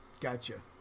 Gotcha